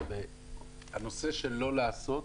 של לא לעשות,